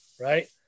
right